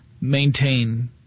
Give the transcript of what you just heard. maintain